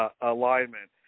alignment